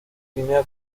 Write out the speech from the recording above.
crimea